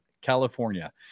California